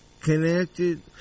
connected